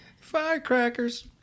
Firecrackers